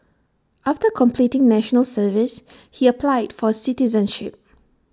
after completing National Service he applied for citizenship